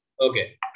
Okay